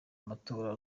amatora